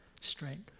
strength